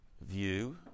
view